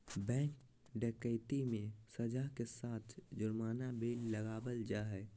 bank डकैती मे सज़ा के साथ जुर्माना भी लगावल जा हय